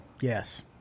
yes